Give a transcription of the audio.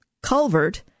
culvert